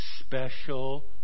special